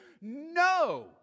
no